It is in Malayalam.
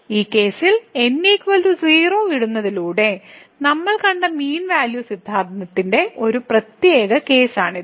ഈ കേസിൽ n 0 ഇടുന്നതിലൂടെ നമ്മൾ കണ്ട മീൻ വാല്യൂ സിദ്ധാന്തത്തിന്റെ ഒരു പ്രത്യേക കേസാണിത്